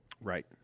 Right